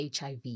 HIV